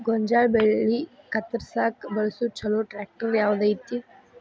ಗೋಂಜಾಳ ಬೆಳೆ ಕತ್ರಸಾಕ್ ಬಳಸುವ ಛಲೋ ಟ್ರ್ಯಾಕ್ಟರ್ ಯಾವ್ದ್ ಐತಿ?